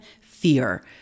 fear